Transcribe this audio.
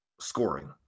scoring